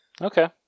Okay